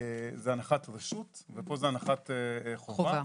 זה הנחת רשות ופה זה הנחת חובה.